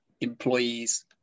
employees